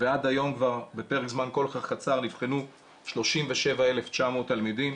ועד היום כבר בפרק זמן כל כך קצר נבחנו 37,900 תלמידים.